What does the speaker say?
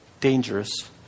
dangerous